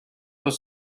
was